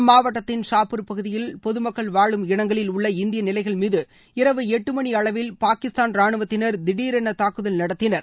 அம்மாவட்டத்தின் ஷாப்பூர் பகுதியில் பொதுமக்கள் வாழும் இடங்களில் உள்ள இந்திய நிலைகள் மீது இரவு எட்டு மணி அளவில் பாகிஸ்தான் ராணுவத்தினர் திடரென தாக்குதல் நடத்தினர்